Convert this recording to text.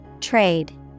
Trade